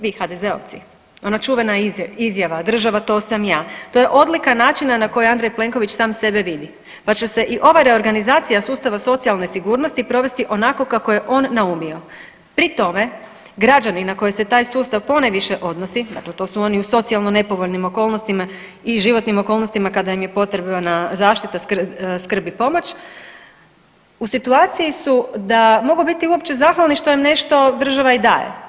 Vi, HDZ-ovci, ona čuvena izjava, država-to sam ja, to je odlika načina na koji Andrej Plenković sam sebe vidi pa će se i ova reorganizacija sustava socijalne sigurnosti provesti onako kako je on naumio pri tome građani na koje se taj sustav ponajviše odnosi, dakle to su oni u socijalno nepovoljnim okolnostima i životnim okolnostima kada im je potrebna zaštita, skrb i pomoć u situaciji su da mogu biti uopće zahvalni što im nešto država i daje.